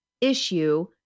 issue